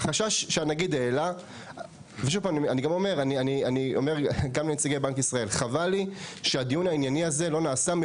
אני גם אומר לנציגי בנק ישראל: חבל לי שהדיון הענייני הזה לא נעשה,